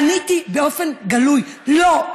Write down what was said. עניתי באופן גלוי: לא.